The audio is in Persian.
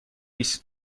است